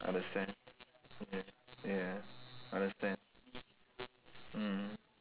understand ya ya understand mm